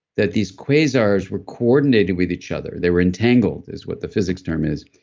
that these quasars were coordinated with each other. they were entangled, is what the physics term is,